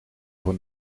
voor